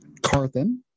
Carthen